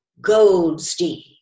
Goldstein